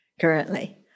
currently